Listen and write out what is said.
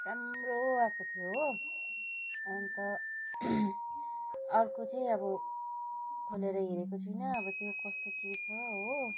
राम्रो आएको थियो हो अन्त अर्को चाहिँ अब खोलेर हेरेको छुइनँ अब त्यो कस्तो के छ हो